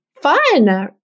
Fun